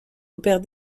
opère